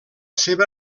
seva